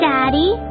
Daddy